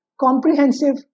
comprehensive